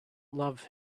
love